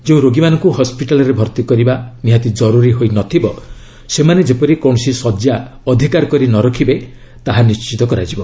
ଯେଉଁ ରୋଗୀମାନଙ୍କୁ ହସ୍କିଟାଲ୍ରେ ଭର୍ତ୍ତି କରିବା ନିହାତି ଜରୁରୀ ହୋଇ ନ ଥିବ ସେମାନେ ଯେପରି କୌଣସି ଶଯ୍ୟା ଅଧିକାର କରି ନ ରଖିବେ ତାହା ନିଶ୍ଚିତ କରାଯିବ